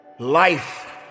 Life